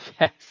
Yes